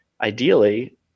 ideally